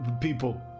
people